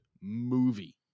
movie